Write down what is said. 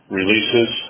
releases